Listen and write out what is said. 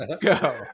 Go